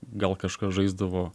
gal kažkas žaisdavo